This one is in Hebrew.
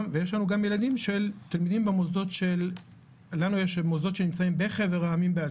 ויש גם תלמידים במוסדות בחבר העמים,